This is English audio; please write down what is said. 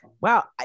Wow